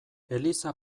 eliza